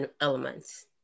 elements